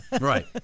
Right